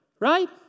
Right